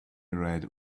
read